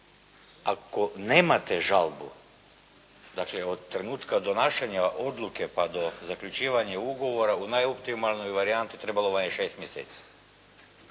ako nemate žalbu, dakle od trenutka donašanja odluke pa do zaključivanja ugovora u najoptimalnoj varijanti trebalo vam je šest mjeseci,